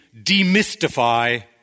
demystify